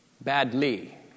Badly